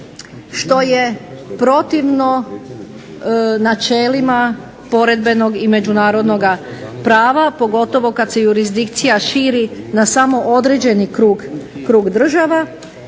što je protivno načelima poredbenog i međunarodnog prava pogotovo kada se jurisdikcija širi na određeni krug država